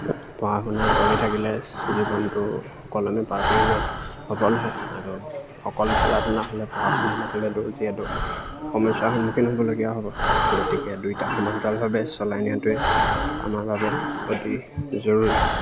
পঢ়া শুনা কৰি থাকিলে জীৱনটো সুকলমে পাৰ কৰি নিয়াত সবল হয় আৰু অকল খেলা ধূলা হ'লে পঢ়া শুনা নহ'লেতো যিহেতু সমস্যাৰ সন্মুখীন হ'বলগীয়া হ'ব গতিকে দুইটা সমান্তৰালভাৱে চলাই নিয়াটোৱে আমাৰ বাবে অতি জৰুৰী